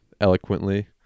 eloquently